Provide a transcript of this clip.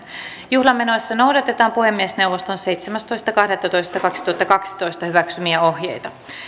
juhlamenoissa noudatetaan puhemiesneuvoston seitsemästoista kahdettatoista kaksituhattakaksitoista hyväksymiä ohjeita